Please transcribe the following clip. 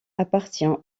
appartient